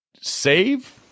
save